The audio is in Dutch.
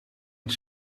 het